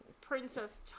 Princess